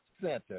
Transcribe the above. Center